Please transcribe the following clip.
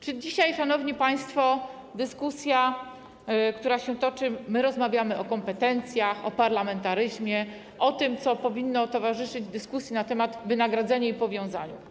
Czy dzisiaj, szanowni państwo, w ramach dyskusji, która się toczy, rozmawiamy o kompetencjach, o parlamentaryzmie, o tym, co powinno towarzyszyć dyskusji na temat wynagrodzenia i powiązania?